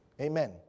amen